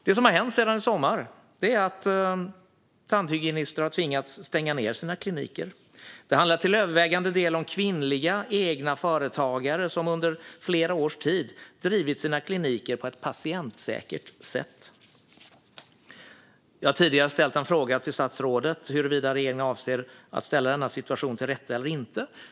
Det som har hänt sedan i somras är att tandhygienister har tvingats stänga ned sina kliniker. Det handlar till övervägande del om kvinnliga egenföretagare som under flera års tid drivit sina kliniker på ett patientsäkert sätt. Jag har tidigare ställt en fråga till statsrådet huruvida regeringen avser att ställa denna situation till rätta eller inte.